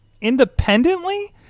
Independently